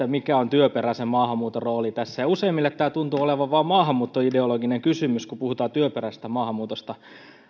mikä on työperäisen maahanmuuton rooli tässä useimmille tämä tuntuu olevan vain maahanmuuttoideologinen kysymys kun puhutaan työperäisestä maahanmuutosta